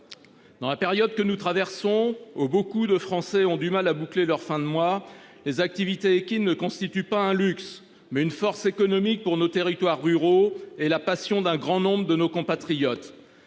Dans la période que nous traversons. Oh beaucoup de Français ont du mal à boucler leurs fins de mois, les activités qui ne constitue pas un luxe mais une force économique pour nos territoires ruraux et la passion d'un grand nombre de nos compatriotes.